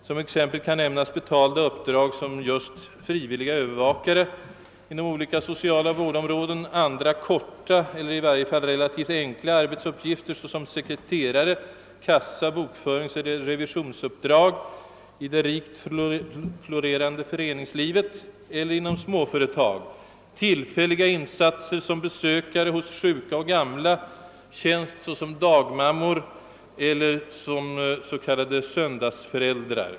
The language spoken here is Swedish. Som exempel kan nämnas betalda uppdrag som just frivilliga övervakare på olika sociala vårdområden, andra »korta» eller i varje fall relativt enkla arbetsuppgifter såsom sekreterar-, kassa-, bokföringseller revisionsuppdrag i det rikt florerande föreningslivet eller inom småföretag, tillfälliga insatser som besökare hos sjuka och gamla, tjänst såsom »dagmammor» eller som s.k. söndagsföräldrar.